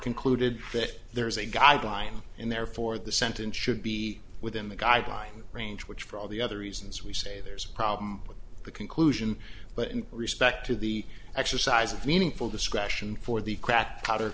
concluded that there is a guideline and therefore the sentence should be within the guideline range which for all the other reasons we say there's a problem with the conclusion but in respect to the exercise of meaningful discretion for the cra